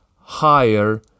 higher